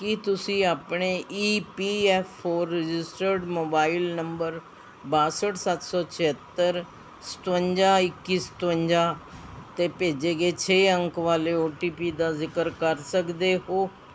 ਕੀ ਤੁਸੀਂ ਆਪਣੇ E P F O registered mobile number ਬਾਹਠ ਸੱਤ ਸੌ ਛਿਅੱਤਰ ਸਤਵੰਜਾ ਇੱਕੀ ਸਤਵੰਜਾ 'ਤੇ ਭੇਜੇ ਗਏ ਛੇ ਅੰਕ ਵਾਲੇ ਓ ਟੀ ਪੀ ਦਾ ਜ਼ਿਕਰ ਕਰ ਸਕਦੇ ਹੋ